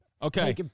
Okay